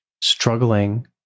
struggling